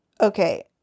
okay